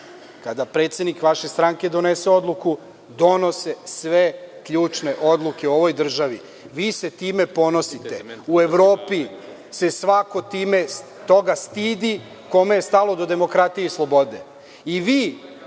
kada predsednik vaše stranke donese odluku donose sve ključne odluke o ovoj državi. Vi se time ponosite. U Evropi se svako toga stidi kome je stalo do demokratije i slobode.